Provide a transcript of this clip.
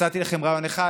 הצעתי לכם רעיון אחד,